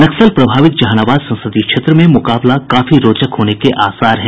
नक्सल प्रभावित जहानाबाद संसदीय क्षेत्र में मुकाबला काफी रोचक होने के आसार हैं